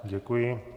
Děkuji.